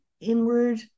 inward